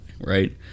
Right